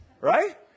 Right